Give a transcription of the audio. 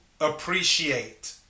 appreciate